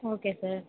okay sir